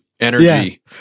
Energy